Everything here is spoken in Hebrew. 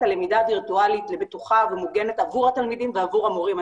הלמידה הווירטואלית לבטוחה ומוגנת עבור התלמידים ועבור המורים.